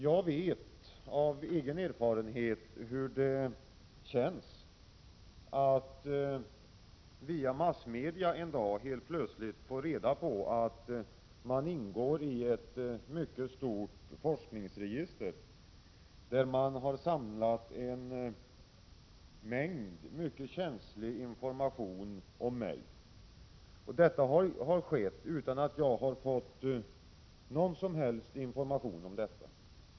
Jag vet av egen erfarenhet hur det känns att via massmedia en dag helt plötsligt få reda på att man ingår i ett mycket stort forskningsregister, där det har samlats en mängd mycket känslig information om mig. Det har skett utan att jag har fått någon som helst information om detta.